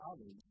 others